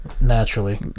naturally